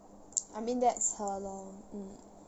I mean that's her lor mm